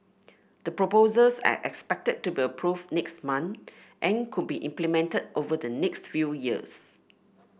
the proposals are expected to be approved next month and could be implemented over the next few years